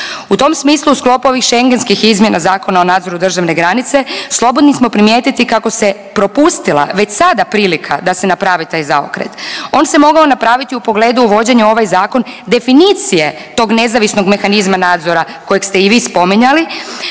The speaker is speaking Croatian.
U tom smislu u sklopu ovih schengenskih izmjena Zakona o nadzoru državne granice slobodni smo primijetiti kako se propustila već sada prilika da se napravi taj zaokret. On se mogao napraviti u pogledu uvođenja u ovaj zakon definicije tog nezavisnog mehanizma nadzora kojeg ste i vi spominjali,